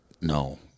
No